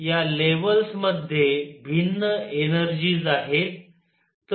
या लेव्हल्स मध्ये भिन्न एनर्जीज आहेत